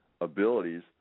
abilities